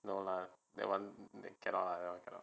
no lah that one cannot lah cannot